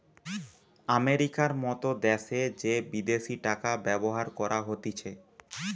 আমেরিকার মত দ্যাশে যে বিদেশি টাকা ব্যবহার করা হতিছে